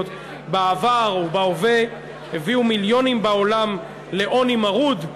בעבר או בהווה הביאו מיליונים בעולם לעוני מרוד,